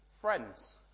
Friends